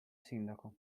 sindaco